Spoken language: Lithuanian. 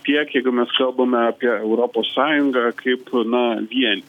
tiek jeigu mes kalbame apie europos sąjungą kaip na vienį